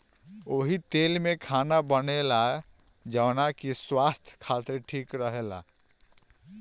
ओही तेल में खाना बनेला जवन की स्वास्थ खातिर ठीक रहेला